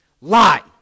Lie